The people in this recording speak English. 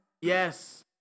Yes